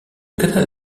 canal